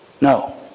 No